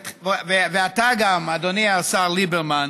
וגם אתה, אדוני השר ליברמן,